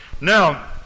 Now